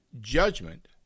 judgment